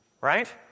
Right